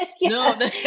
No